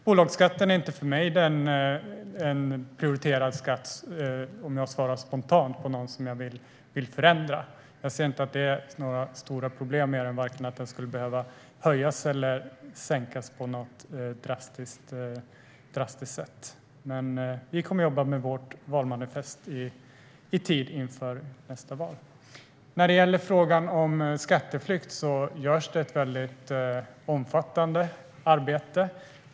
Bolagsskatten är inte för mig en prioriterad skatt som jag, om jag ska svara spontant, vill förändra. Jag ser inte att det är några stora problem med den, att den vare sig skulle behöva höjas eller sänkas på något drastiskt sätt. Men vi kommer att jobba med vårt valmanifest i tid inför nästa val. När det gäller frågan om skatteflykt görs det ett omfattande arbete.